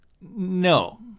No